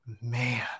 man